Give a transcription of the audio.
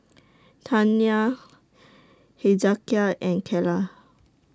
Tania Hezekiah and Calla